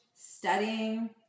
studying